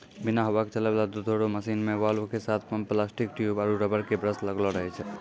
बिना हवा के चलै वाला दुधो रो मशीन मे वाल्व के साथ पम्प प्लास्टिक ट्यूब आरु रबर के ब्रस लगलो रहै छै